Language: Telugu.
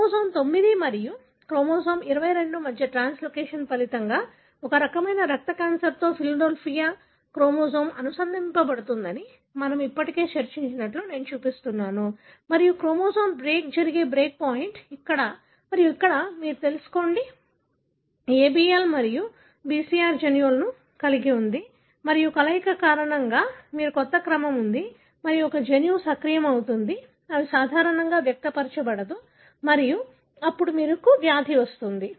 క్రోమోజోమ్ 9 మరియు క్రోమోజోమ్ 22 మధ్య ట్రాన్స్లోకేషన్ ఫలితంగా ఒక రకమైన రక్త క్యాన్సర్తో ఫిలడెల్ఫియా క్రోమోజోమ్ అనుబంధించబడుతుందని మనము ఇప్పటికే చర్చించినట్లు నేను చూపిస్తున్నాను మరియు క్రోమోజోమ్ బ్రేక్ జరిగే బ్రేక్ పాయింట్ ఇక్కడ మరియు ఇక్కడ మీరు తెలుసుకోండి ABL మరియు BCR జన్యువులను కలిగి ఉంది మరియు కలయిక కారణంగా మీకు కొత్త క్రమం ఉంది మరియు ఒక జన్యువు సక్రియం అవుతుంది అది సాధారణంగా వ్యక్తపరచబడదు మరియు అప్పుడు మీకు వ్యాధి వస్తుంది